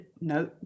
no